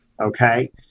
Okay